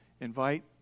Invite